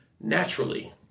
naturally